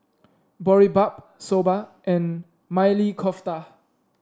Boribap Soba and Maili Kofta